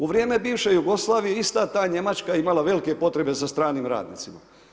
U vrijeme bivše Jugoslavije, ista ta Njemačka je imala velike potrebe za stranim radnicima.